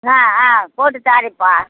ஆ ஆ போட்டுத் தாறேம்ப்பா